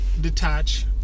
detach